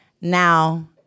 now